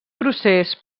procés